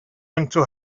into